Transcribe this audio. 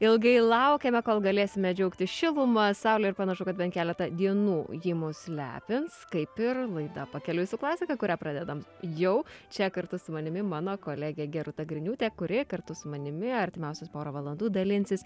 ilgai laukėme kol galėsime džiaugtis šiluma saule ir panašu kad bent keletą dienų ji mus lepins kaip ir laida pakeliui su klasika kurią pradedam jau čia kartu su manimi mano kolegė gerūta griniūtė kurie kartu su manimi artimiausias porą valandų dalinsis